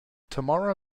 tomorrow